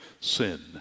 sin